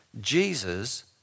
Jesus